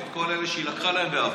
את כל אלה שהיא לקחה להם בעבר.